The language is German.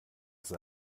ist